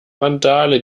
randale